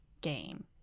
game